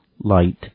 light